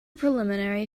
preliminary